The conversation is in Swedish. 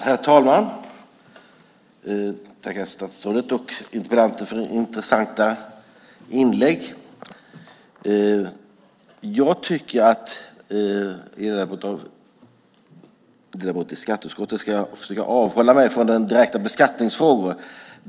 Herr talman! Jag tackar statsrådet och interpellanten för intressanta inlägg. I egenskap av ledamot i skatteutskottet ska jag försöka avhålla mig från direkta beskattningsfrågor.